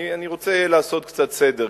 אני רוצה לעשות קצת סדר,